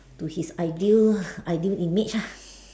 to his ideal ideal image ah